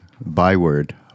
byword